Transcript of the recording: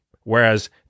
Whereas